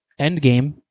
Endgame